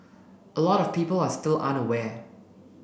a lot of people are still unaware